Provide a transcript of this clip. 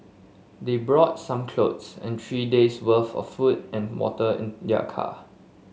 they brought some clothes and three days' worth of food and water in their car